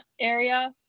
area